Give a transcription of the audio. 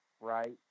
right